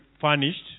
furnished